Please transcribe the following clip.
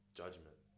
judgment